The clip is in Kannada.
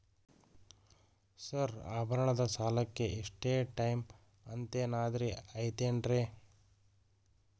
ಸರ್ ಆಭರಣದ ಸಾಲಕ್ಕೆ ಇಷ್ಟೇ ಟೈಮ್ ಅಂತೆನಾದ್ರಿ ಐತೇನ್ರೇ?